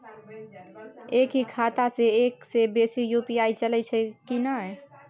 एक ही खाता सं एक से बेसी यु.पी.आई चलय सके छि?